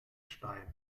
stein